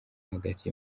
hagati